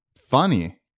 funny